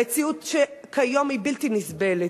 המציאות כיום היא בלתי נסבלת.